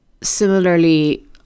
similarly